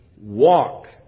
walk